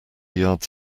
yards